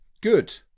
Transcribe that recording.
Good